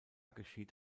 geschieht